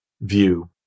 view